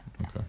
Okay